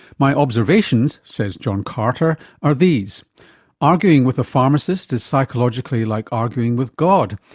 my observations, says john carter, are these arguing with a pharmacist is psychologically like arguing with god!